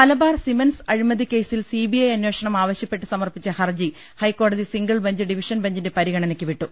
Malabar cements അഴിമതി കേസിൽ CBI അന്വേ ഷണം ആവശ്യപ്പെട്ട് സമർപ്പിച്ച ഹർജി ഹൈക്കോടതി സിംഗിൾ ബെഞ്ച് ഡിവിഷൻ ബെഞ്ചിന്റെ പരിഗണനക്കു വിട്ടു